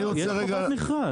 איזה מכרז?